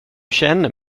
känner